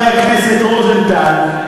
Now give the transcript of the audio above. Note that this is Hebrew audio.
חבר הכנסת רוזנטל,